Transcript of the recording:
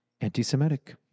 anti-Semitic